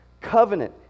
covenant